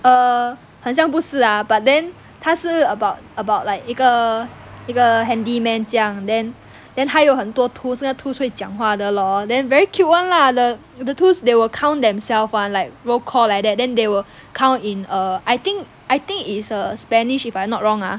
err 很像不是 ah but then 他是 about about like 一个一个 handyman 这样 then then 他有很多 tools 那个 tools 会讲话的 lor then very cute [one] lah the the tools they will count themselves [one] like roll call like that then they will count in err I think I think is err spanish if I not wrong ah